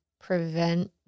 prevent